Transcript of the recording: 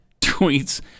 tweets